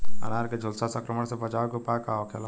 अनार के झुलसा संक्रमण से बचावे के उपाय का होखेला?